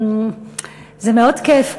זה מאוד כיף.